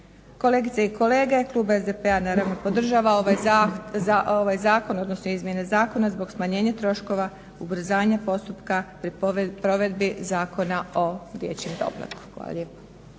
Kolegice i kolege, klub SDP-a naravno podržavam ovaj zakon, odnosno izmjene zakona zbog smanjenja troškova ubrzanja postupka pri provedbi Zakona o dječjem doplatku. Hvala lijepo.